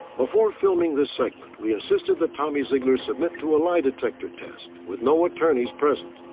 before filming this segment, we insisted that tommy zeigler submit to a lie detector test with no attorneys present.